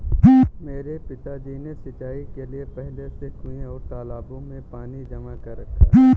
मेरे पिताजी ने सिंचाई के लिए पहले से कुंए और तालाबों में पानी जमा कर रखा है